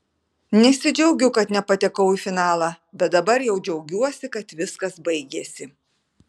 nesidžiaugiu kad nepatekau į finalą bet dabar jau džiaugiuosi kad viskas baigėsi